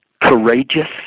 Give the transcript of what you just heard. courageous